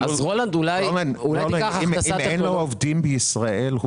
אם אין לו עובדים בישראל,